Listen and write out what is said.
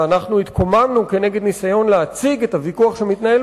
ואנחנו התקוממנו נגד ניסיון להציג את הוויכוח שמתנהל